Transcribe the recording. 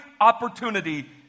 opportunity